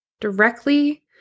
directly